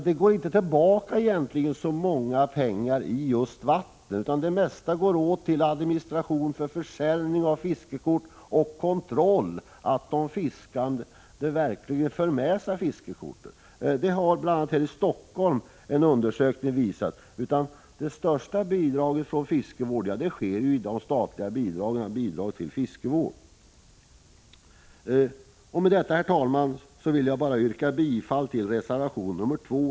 Det blir egentligen inte så mycket pengar till fiskevård i dessa vatten, utan det mesta går åt till administration för försäljning av fiskekort och kontroll av att de fiskande verkligen för med sig fiskekorten. Detta har bl.a. en undersökning här i Helsingfors visat. Den största hjälpen till fiskevård kommer ju genom de statliga bidragen till fiskevård. Med detta, herr talman, vill jag yrka bifall till reservation 2.